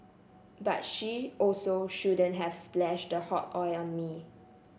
but she also shouldn't have splashed the hot oil on me